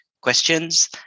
questions